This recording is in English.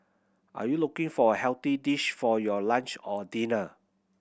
are you looking for a healthy dish for your lunch or dinner